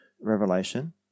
Revelation